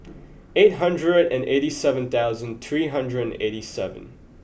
eight hundred and eighty seven thousand three hundred and eight seven